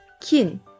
kin